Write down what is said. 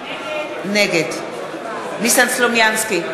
נגד ניסן סלומינסקי,